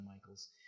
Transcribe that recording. Michaels